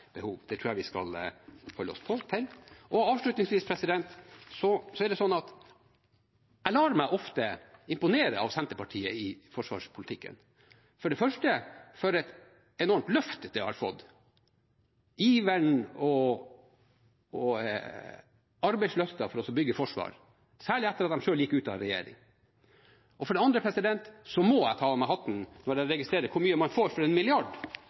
Det tror jeg vi skal holde oss til. Avslutningsvis er det sånn at jeg lar meg ofte imponere av Senterpartiet i forsvarspolitikken. For det første for et enormt løft det har fått – iveren og arbeidslysten for å bygge Forsvaret, særlig etter at de selv gikk ut av regjering. Og for det andre må jeg ta av meg hatten når jeg registrerer hvor mye man får for en milliard